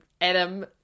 adam